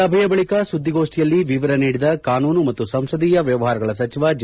ಸಭೆಯ ಬಳಿಕ ಸುದ್ದಿಗೋಷ್ಠಿಯಲ್ಲಿ ವಿವರ ನೀಡಿದ ಕಾನೂನು ಮತ್ತು ಸಂಸದೀಯ ವ್ಯವಹಾರಗಳ ಸಚಿವ ಜೆ